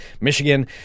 Michigan